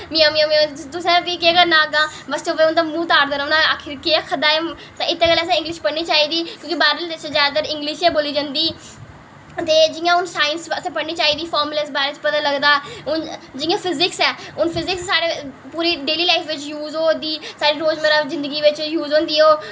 ते उनें करदे रौह्ना म्याऊं म्याऊं ते तुसें भी केह् करना अग्गें चुप्प करियै उंदा मूंह् ताड़दे रौह्ना की केह् आक्खा दा एह् ते इत्त गल्ला असें इंग्लिश पढ़नी चाहिदी की के बाहरलें देशें जादैतर इंग्लिश गै बोली जंदी ते हून जियां साईंस असें पढ़नी चाहिदी ते फार्मूले बगैरा दा पता चलदा हून जियां फिजीक्स ऐ फिजीक्स साढ़ी पूरी डेली लाईफ च यूज़ होआ दी साढ़े पूरे रोज़ मर्रा दा जिंदगी बिच यूज़ होंदी ओह्